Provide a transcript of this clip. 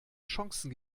chancen